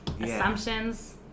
assumptions